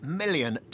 million